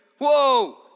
Whoa